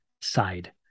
side